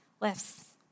lifts